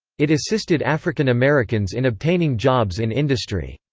it assisted african americans in obtaining jobs in industry.